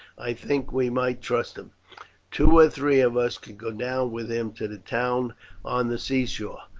i think we might trust him two or three of us could go down with him to the town on the seashore,